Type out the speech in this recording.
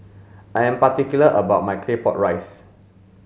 I am particular about my claypot rice